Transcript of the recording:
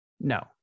No